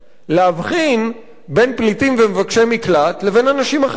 להבחין בין פליטים ומבקשי מקלט לבין אנשים אחרים.